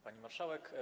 Pani Marszałek!